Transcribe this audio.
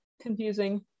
Confusing